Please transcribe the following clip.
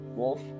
wolf